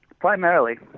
Primarily